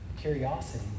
curiosity